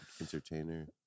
entertainer